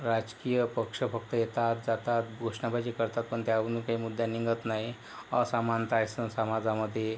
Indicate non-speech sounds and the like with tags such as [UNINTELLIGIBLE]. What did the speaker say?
राजकीय पक्ष फक्त येतात जातात घोषणाबाजी करतात पण त्यावरून काही मुद्दा निघत नाही असमानता आहे [UNINTELLIGIBLE] समाजामध्ये